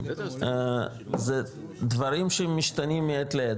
זה דברים שמשתנים מעת לעת,